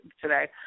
today